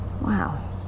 Wow